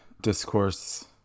discourse